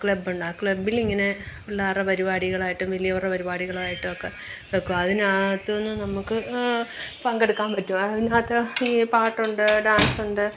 ക്ലബ്ബ്ണ്ട് ആ ക്ലബ്ബിലിങ്ങനെ പിള്ളേരെ പരിപാടികളായിട്ടും വലിയവരുടെ പരിപാടികളായിട്ടും ഒക്കെ വെക്കും അതിനകത്തെന്ന് നമുക്ക് പങ്കെടുക്കാം പറ്റും അതിനകത്ത് ഈ പാട്ടുണ്ട് ഡാൻസൊണ്ട്